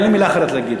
אין לי מילה אחרת להגיד.